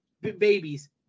babies